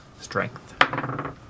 Strength